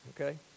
okay